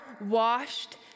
washed